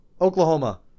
Oklahoma